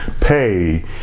pay